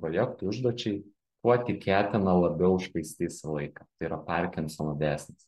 projektui užduočiai tuo tikėtina labiau švaistysi laiką tai yra parkinsono didesnis